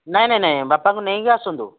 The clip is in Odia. ନାଇଁ ନାଇଁ ନାଇଁ ବାପାଙ୍କୁ ନେଇକି ଆସନ୍ତୁ